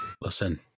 Listen